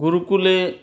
गुरुकुले